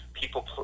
people